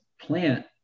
plant